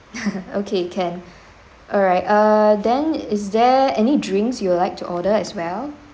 okay can alright err then is there any drinks you'll like to order as well